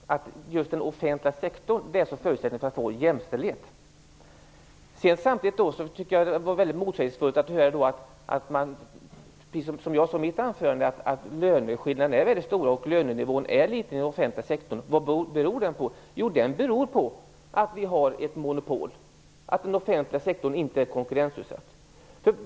Det var motsägelsefullt att samtidigt höra - precis som jag sade i mitt anförande - att löneskillnaderna är stora och lönenivån är låg i den offentliga sektorn. Vad beror detta på? Jo, på att vi har ett monopol. Den offentliga sektorn är inte konkurrensutsatt.